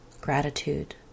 gratitude